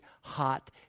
hot